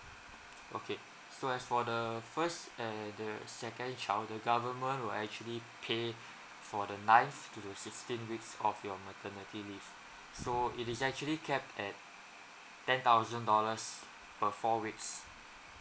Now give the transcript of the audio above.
okay so as for the first eh the second child the government will actually pay for the ninth to the sixteenth weeks of your maternity leave so it is actually capped at ten thousand dollars per four weeks